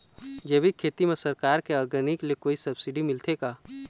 जैविक खेती म सरकार के ऑर्गेनिक ले कोई सब्सिडी मिलथे का?